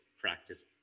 practice